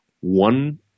one